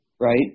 right